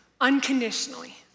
unconditionally